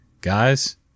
Guys